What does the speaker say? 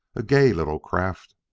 a gay little craft.